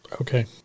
Okay